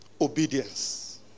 Obedience